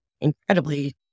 incredibly